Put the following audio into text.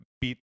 beat